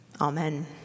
Amen